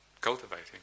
cultivating